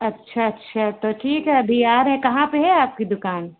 अच्छा अच्छा तो ठीक है अभी आ रहे हैं तो कहाँ पर है आपकी दुकान